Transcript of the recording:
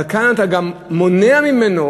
אבל כאן אתה גם מונע ממנו.